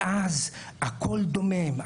מאז הכול דומם.